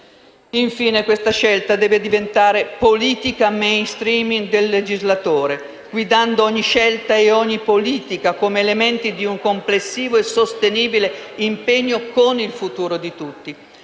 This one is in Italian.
Infine, questa scelta deve diventare politica *mainstream* del legislatore, guidando ogni scelta e ogni politica, come elementi di un complessivo e sostenibile impegno con il futuro di tutti.